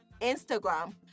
Instagram